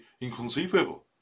inconceivable